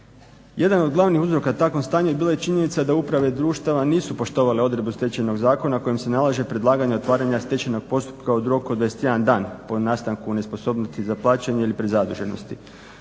Jedan od glavnih uzroka takvog stanja bila je činjenica da uprave društava nisu poštovale odredbu Stečajnog zakona kojom se nalaže predlaganje otvaranja stečajnog postupka u roku od 21 dan po nastanku o nesposobnosti za plaćanje ili prezaduženosti.